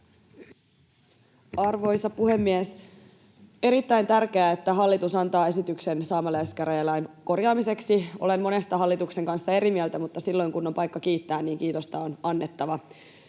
Arvoisa puhemies! On erittäin tärkeää, että hallitus antaa esityksen saamelaiskäräjälain korjaamiseksi. Olen monesta hallituksen kanssa eri mieltä, mutta silloin kun on paikka kiittää, niin kiitosta on annettava.